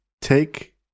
take